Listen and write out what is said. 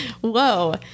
whoa